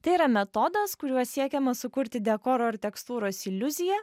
tai yra metodas kuriuo siekiama sukurti dekoro ar tekstūros iliuziją